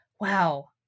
Wow